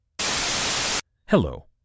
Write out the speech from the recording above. Hello